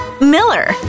Miller